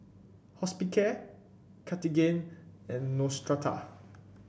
Hospicare Cartigain and Neostrata